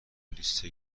لیست